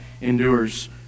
endures